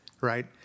right